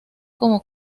como